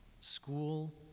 school